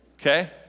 Okay